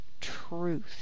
truth